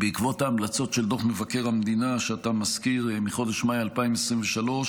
בעקבות ההמלצות של דוח מבקר המדינה שאתה מזכיר מחודש מאי 2023,